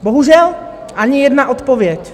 Bohužel, ani jedna odpověď.